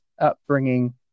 upbringing